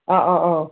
ꯑꯥ ꯑꯥ ꯑꯧ